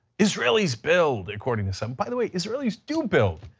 israelis build, according to some. by the way, israelis do build.